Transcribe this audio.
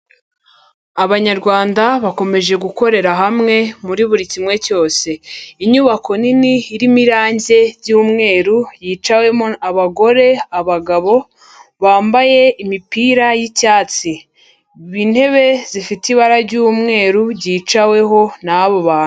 Abanyarwanda bakomeje gukorera hamwe muri buri kimwe cyose. Inyubako nini irimo irangi ry'umweru yicawemo abagore, abagabo, bambaye imipira y'icyatsi, intebe zifite ibara ry'umweru zicaweho n'abo bantu.